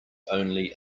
only